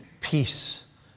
peace